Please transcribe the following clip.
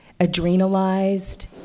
adrenalized